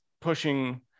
pushing